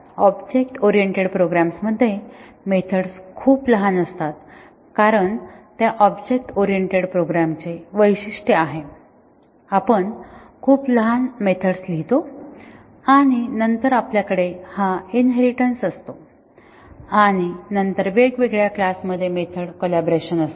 object oriented प्रोग्राम्समध्ये methods खूप लहान असतात कारण त्या ऑब्जेक्ट ओरिएंटेड प्रोग्रामचे वैशिष्ट्यआहे आपण खूप लहान मेथड्स लिहितो आणि नंतर आपल्याकडे हा इनहेरिटेन्स असतो आणि नंतर वेगवेगळ्या क्लास मध्ये मेथड कोलॅबोरेशन असते